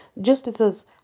Justices